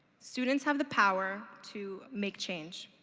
students have the power to make change.